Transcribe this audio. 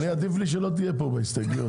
עדיף לי שלא תהיה פה בהסתייגויות,